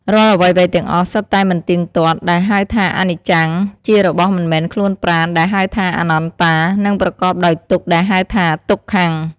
រាល់អ្វីៗទាំងអស់សុទ្ធតែមិនទៀងទាត់ ដែលហៅថា អនិច្ចំ ជារបស់មិនមែនខ្លួនប្រាណ ដែលហៅថាអនត្តា និងប្រកបដោយទុក្ខ ដែលហៅថា ទុក្ខំ។